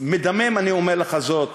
מדמם אני אומר לך זאת,